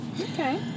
Okay